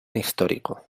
histórico